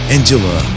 Angela